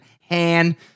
Han